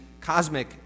cosmic